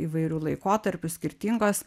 įvairių laikotarpių skirtingos